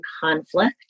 conflict